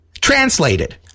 Translated